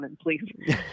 Please